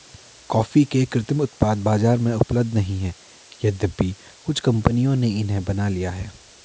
coffee के कृत्रिम उत्पाद बाजार में उपलब्ध नहीं है यद्यपि कुछ कंपनियों ने इन्हें बना लिया है